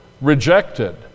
Rejected